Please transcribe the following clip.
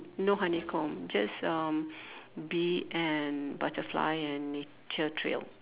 no honeycomb just uh bee and butterfly and nature trail